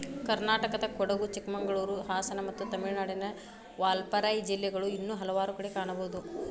ಕರ್ನಾಟಕದಕೊಡಗು, ಚಿಕ್ಕಮಗಳೂರು, ಹಾಸನ ಮತ್ತು ತಮಿಳುನಾಡಿನ ವಾಲ್ಪಾರೈ ಜಿಲ್ಲೆಗಳು ಇನ್ನೂ ಹಲವಾರು ಕಡೆ ಕಾಣಬಹುದು